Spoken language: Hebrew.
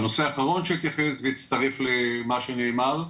והנושא האחרון שאתייחס ואצטרף למה שנאמר,